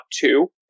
two